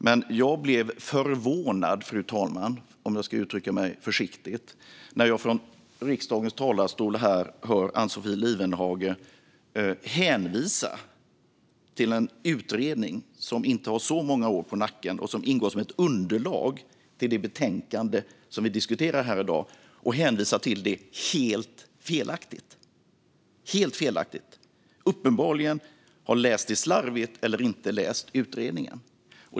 Men jag blev förvånad, fru talman, om jag ska uttrycka mig försiktigt, när jag hörde Ann-Sofie Lifvenhage från riksdagens talarstol hänvisa till en utredning som inte har så många år på nacken, och som ingår som ett underlag till det betänkande som vi diskuterar här i dag, och hänvisa till den helt felaktigt. Uppenbarligen har hon läst slarvigt eller inte läst utredningen.